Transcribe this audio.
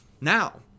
now